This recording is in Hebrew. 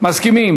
מסכימים